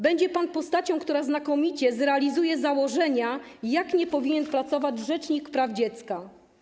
Będzie pan postacią, która znakomicie zrealizuje założenia, jak nie powinien pracować rzecznik praw dziecka.